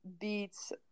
beats